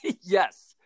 yes